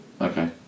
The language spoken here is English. Okay